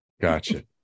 Gotcha